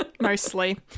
Mostly